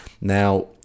now